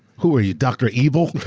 who are you, dr. evil?